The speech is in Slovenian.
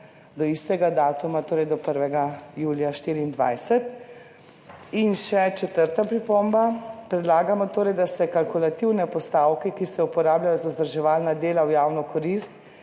do istega datuma, torej do 1. julija 2024. In še četrta pripomba. Predlagamo torej, da se kalkulativne postavke, ki se uporabljajo za vzdrževalna dela v javno korist